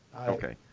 okay